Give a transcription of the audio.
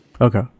Okay